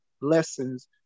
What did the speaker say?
lessons